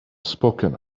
spoken